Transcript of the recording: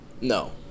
No